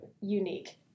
unique